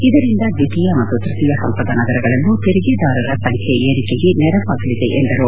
ಇದರಿಂದ ದ್ವಿತೀಯ ಮತ್ತು ತೃತೀಯ ಪಂತದ ನಗರಗಳಲ್ಲೂ ತೆರಿಗೆದಾರರ ಸಂಖ್ಯೆ ಏರಿಕೆಗೆ ನೆರವಾಗಲಿದೆ ಎಂದರು